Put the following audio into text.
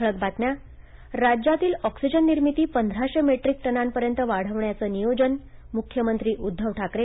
ठळक बातम्या राज्यातील ऑक्सिजन निर्मिती पंधराशे मेट्रीक टनांपर्यंत वाढविण्याचे नियोजन मुख्यमंत्री उद्घव ठाकरे